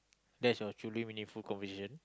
that's your truly meaningful conversation